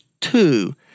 two